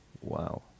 Wow